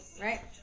Right